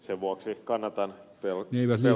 sen vuoksi kannatan